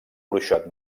bruixot